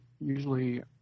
usually